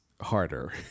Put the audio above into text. harder